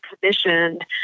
commissioned